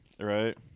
Right